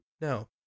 No